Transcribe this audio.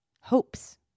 hopes